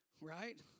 right